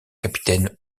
capitaine